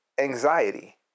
anxiety